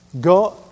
go